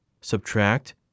subtract